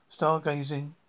stargazing